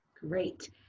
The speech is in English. Great